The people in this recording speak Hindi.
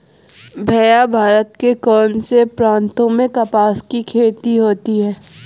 भैया भारत के कौन से प्रांतों में कपास की खेती होती है?